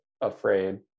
afraid